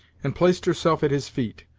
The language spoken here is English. and placed herself at his feet,